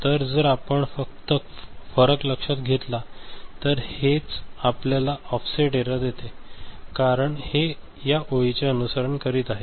तर जर आपण फक्त फरक लक्षात घेतला तर हेच आपल्याला ऑफसेट एरर देते कारण हे या ओळीचे अनुसरण करीत आहे